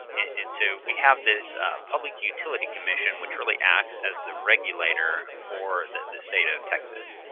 and so, we have this public utility commission which really acts as the regulator for the the state of texas.